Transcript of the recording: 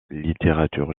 littérature